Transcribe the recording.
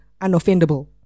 unoffendable